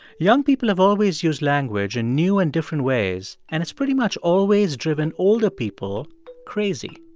young people have always used language in new and different ways, and it's pretty much always driven older people crazy.